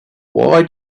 why